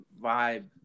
vibe